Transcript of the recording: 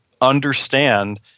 understand